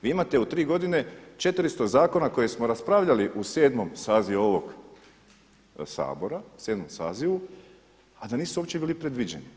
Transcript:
Vi imate u tri godine 400 zakona koje smo raspravljali u 7. sazivu ovog Sabora, u 7. sazivu, a da nisu uopće bili predviđeni.